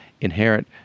inherent